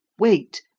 wait!